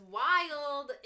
wild